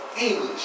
English